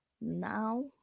Now